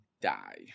die